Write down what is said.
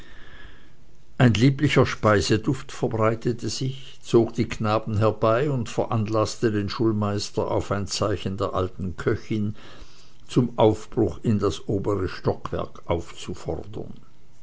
ein lieblicher speiseduft verbreitete sich zog die knaben herbei und veranlaßte den schulmeister auf ein zeichen der alten köchin zum aufbruch in das obere stockwerk aufzufordern